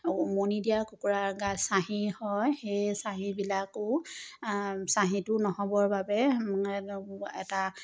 মণি দিয়াৰ কুকুৰাৰ গা চাঁহী হয় সেই চাঁহিবিলাকো চাঁহীটো নহ'বৰ বাবে এটা